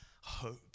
hope